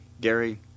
Gary